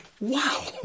wow